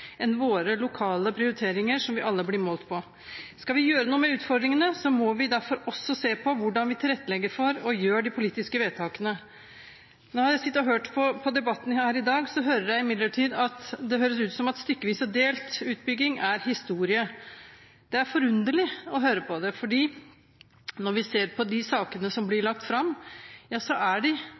enn våre lokale prioriteringer, som vi alle blir målt på. Skal vi gjøre noe med utfordringene, må vi derfor også se på hvordan vi tilrettelegger for og gjør de politiske vedtakene. Når jeg har sittet og hørt på debatten her i dag, høres det imidlertid ut som at stykkevis og delt utbygging er historie. Det er forunderlig å høre på det, for når vi ser på de sakene som blir lagt fram, ja så er de